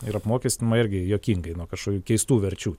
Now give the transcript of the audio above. ir apmokestinama irgi juokingai nuo kažkokių keistų verčių